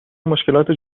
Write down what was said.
مشکلات